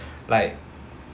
like